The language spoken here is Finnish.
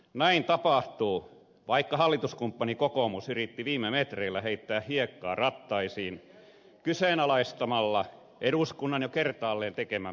näin tapahtuu vaikka hallituskumppani kokoomus yritti viime metreillä heittää hiekkaa rattaisiin kyseenalaistamalla eduskunnan jo kertaalleen tekemän päätöksen